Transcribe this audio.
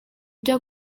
byo